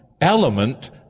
element